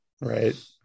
right